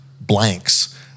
blanks